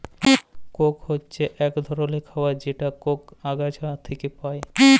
Coke হছে ইক ধরলের খাবার যেটা কোক গাহাচ থ্যাইকে পায়